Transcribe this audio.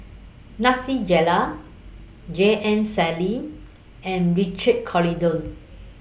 Nasir Jalil J M Sali and Richard Corridon